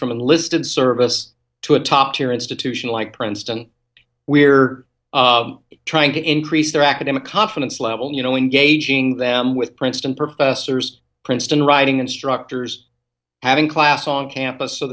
from enlisted service to a top tier institution like princeton we're trying to increase their academic confidence level you know engaging them with princeton professors princeton writing instructors having class on campus so